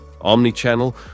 omnichannel